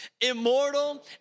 immortal